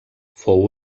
fou